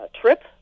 trip